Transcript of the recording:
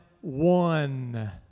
one